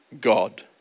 God